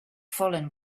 fallen